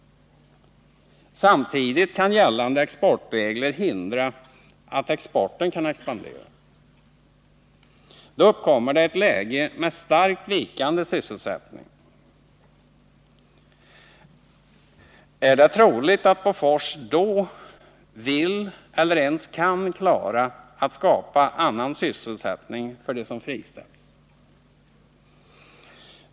Samtidigt kan gällande exportregler hindra att exporten expanderar. Då uppkommer ett läge med starkt vikande sysselsättning. Är det troligt att Bofors då vill eller ens kan klara att skapa annan sysselsättning för dem som friställs?